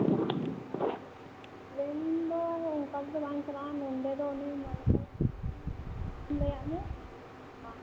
train ᱫᱚ ᱚᱱᱠᱟᱛᱮᱫᱚ ᱵᱟᱝ ᱪᱟᱞᱟᱜᱼᱟ ᱱᱚᱱᱰᱮ ᱫᱚ ᱚᱱᱮ ᱢᱟᱱᱠᱚᱨ ᱤᱧ ᱞᱟ ᱭ ᱟᱫᱢᱮ ᱟᱨ